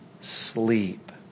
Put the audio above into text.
sleep